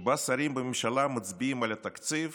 שבה שרים בממשלה מצביעים על התקציב